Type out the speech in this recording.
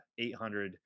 800